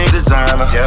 designer